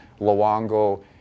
Luongo